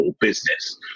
business